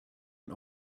and